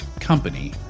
company